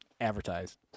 advertise